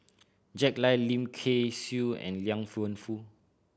Jack Lai Lim Kay Siu and Liang Wenfu